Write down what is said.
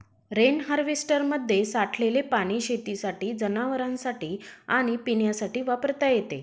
rain हार्वेस्टरमध्ये साठलेले पाणी शेतीसाठी, जनावरांनासाठी आणि पिण्यासाठी वापरता येते